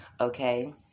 okay